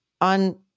on